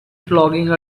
flogging